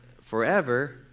forever